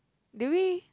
do we